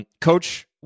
Coach